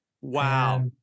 Wow